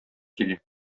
килә